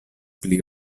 pli